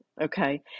okay